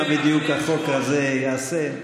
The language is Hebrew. מה בדיוק החוק הזה יעשה.